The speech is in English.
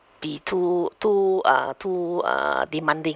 be too too uh too uh demanding